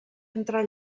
entre